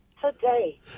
today